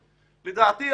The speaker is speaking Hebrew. לדעתי,